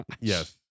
yes